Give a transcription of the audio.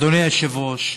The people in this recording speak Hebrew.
אדוני היושב-ראש,